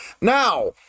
Now